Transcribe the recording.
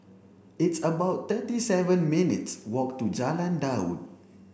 it's about thirty seven minutes' walk to Jalan Daud